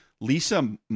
Lisa